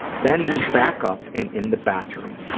then was back up and in the bathroom,